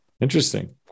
interesting